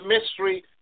mystery